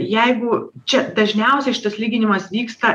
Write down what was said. jeigu čia dažniausiai šitas lyginimas vyksta